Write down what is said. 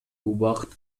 убакыт